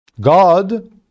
God